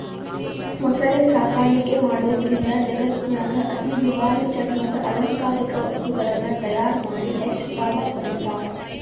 ಮೊಸಳೆ ಸಾಕಾಣಿಕೆ ಮಾಡೋದ್ರಿಂದ ಜಗತ್ತಿನ್ಯಾಗ ಅತಿ ದುಬಾರಿ ಚರ್ಮದ ಅಲಂಕಾರಿಕ ವಸ್ತುಗಳನ್ನ ತಯಾರ್ ಮಾಡಿ ಹೆಚ್ಚ್ ಲಾಭ ಪಡಿತಾರ